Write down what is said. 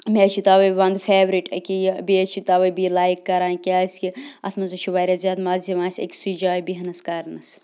مےٚ حظ چھِ تَوَے وَنٛدٕ فیورِٹ ییٚکیٛاہ یہِ بیٚیہِ حظ چھِ تَوَے بیٚیہِ لایِک کَران کیٛازکہِ اَتھ مَنٛز حظ چھُ واریاہ زیادٕ مَزٕ یِوان اَسہِ أکۍسٕے جایہِ بیٚہنَس کَرنَس